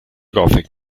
gothic